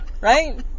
Right